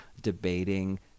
debating